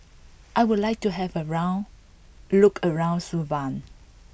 I would like to have a look around Suva